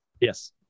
Yes